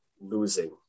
losing